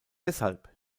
deshalb